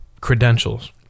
credentials